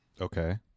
Okay